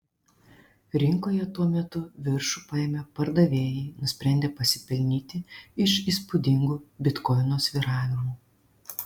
rinkoje tuo metu viršų paėmė pardavėjai nusprendę pasipelnyti iš įspūdingų bitkoino svyravimų